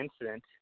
incident